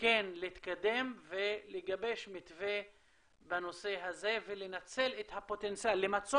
כן להתקדם ולגבש מתווה בנושא הזה ולמצות